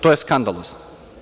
To je skandalozno.